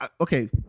okay